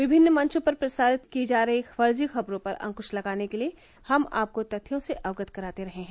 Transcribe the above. विभिन्न मंचों पर प्रचारित की जा रही फर्जी खबरों पर अंक्श लगाने के लिए हम आपको तथ्यों से अवगत कराते रहे हैं